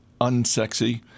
unsexy